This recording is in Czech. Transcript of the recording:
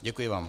Děkuji vám.